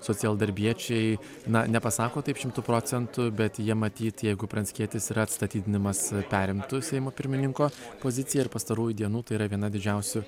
socialdarbiečiai na nepasako taip šimtu procentų bet jie matyt jeigu pranckietis yra atstatydinimas perimtų seimo pirmininko poziciją ir pastarųjų dienų tai yra viena didžiausių